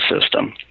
system